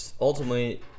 ultimately